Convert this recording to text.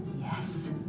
Yes